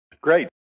Great